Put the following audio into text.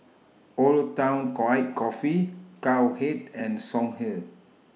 Old Town White Coffee Cowhead and Songhe